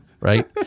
Right